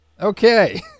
Okay